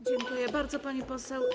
Dziękuję bardzo, pani poseł.